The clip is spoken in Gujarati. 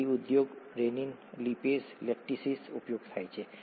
ડેરી ઉદ્યોગ રેનીન લિપેઝ લેક્ટેસીસ ઉપયોગ થાય છે